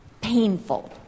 painful